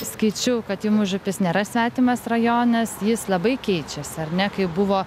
skaičiau kad jum užupis nėra svetimas rajonas jis labai keičiasi ar ne kai buvo